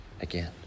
again